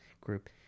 group